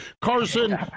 Carson